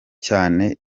cyane